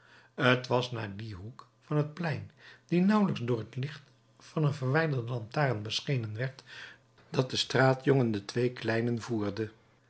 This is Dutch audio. t was naar dien hoek van het plein die nauwelijks door t licht van een verwijderde lantaarn beschenen werd dat de straatjongen de twee kleinen voerde